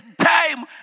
time